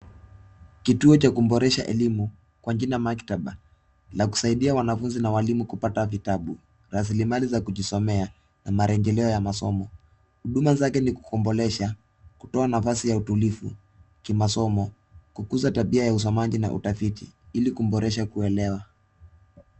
Kituo cha kuboresha elimu kwa jina maktaba na kusaidia wanafunzi na walimu kupata vitabu. Raslimali za kusomea na marejeleo ya masomo .Huduma zake ni kukobolesha na kutoa nafasi ya utulivu kimasomo ,kukuza tabia ya usomaji na utafiti ili kuboresha kuelewa.